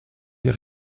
est